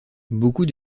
beaucoup